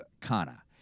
Kana